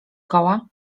koła